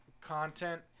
content